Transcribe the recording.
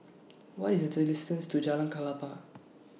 What IS The to Jalan Klapa